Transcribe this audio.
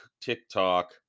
TikTok